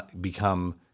become